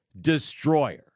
destroyer